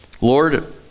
Lord